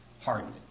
Hardened